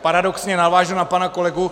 Paradoxně navážu na pana kolegu.